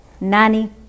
Nanny